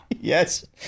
Yes